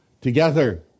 together